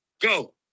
Go